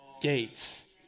gates